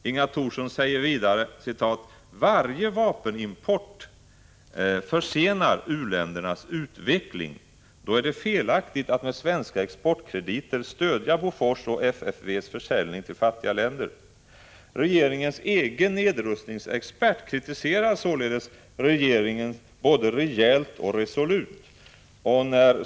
Inga Thorsson sade vidare: Varje vapenimport försenar u-ländernas utveckling. Då är det felaktigt att med svenska exportkrediter stödja Bofors och FFV:s försäljning till fattiga länder. Regeringens egen nedrustningsexpert kritiserar således regeringen både rejält och resolut.